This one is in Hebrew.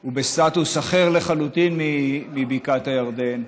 הוא בסטטוס אחר לחלוטין מבקעת הירדן,